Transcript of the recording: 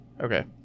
Okay